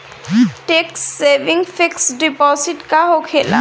Tax saving fix deposit का होखे ला?